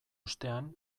ostean